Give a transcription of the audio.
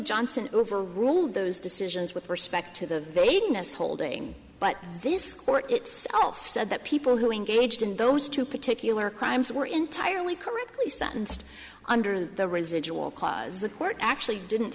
johnson overruled those decisions with respect to the vagueness holding but this court itself said that people who engaged in those two particular crimes were entirely correctly sentenced under the residual clause the court actually didn't